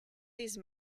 these